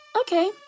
Okay